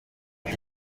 ibi